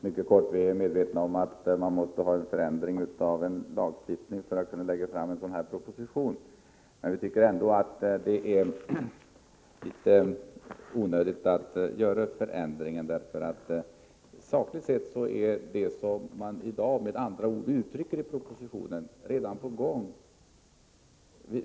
Herr talman! Vi är medvetna om att man måste ha en förändring av en lagstiftning för att kunna lägga fram en sådan här proposition, men vi tycker ändå att det är litet onödigt att göra förändringen. Sakligt sett är nämligen det som man i dag uttrycker med andra ord i propositionen redan på gång.